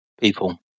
people